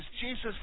Jesus